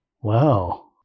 Wow